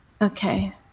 Okay